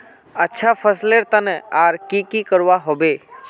अच्छा फसलेर तने आर की की करवा होबे?